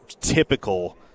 typical